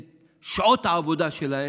את שעות העבודה שלהם,